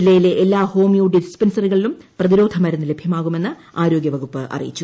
ജില്ലയിലെ എല്ലാ ഹോമിയോ ഡിസ്പൻസറികളിലും പ്രതിരോധ മരുന്ന് ലഭ്യമാകുമെന്ന് ആരോഗ്യ വകുപ്പ് അറിയിച്ചു